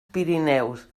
pirineus